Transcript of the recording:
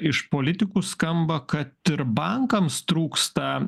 iš politikų skamba kad ir bankams trūksta